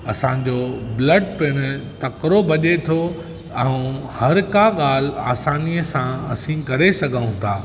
असांजो ब्लड पिण तकिड़ो बझे थो ऐं हर का ॻाल्हि आसानीअ सां असी करे सघूं त